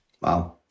Wow